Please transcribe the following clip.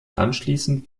anschließend